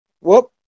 Whoop